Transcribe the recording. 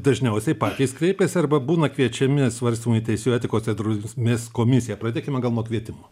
dažniausiai patys kreipiasi arba būna kviečiami svarstymui į teisėjų etikos ir drausmės komisiją pradėkime gal nuo kvietimo